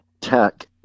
tech